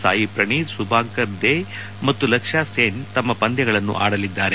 ಸಾಯಿ ಪ್ರಣೀತ್ ಸುಭಾಂಕರ್ ಡೇ ಮತ್ತು ಲಕ್ಷ್ಯಾ ಸೇನ್ ತಮ್ನ ಪಂದ್ವಗಳನ್ನು ಆಡಲಿದ್ದಾರೆ